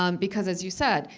um because as you said,